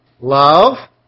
love